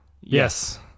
yes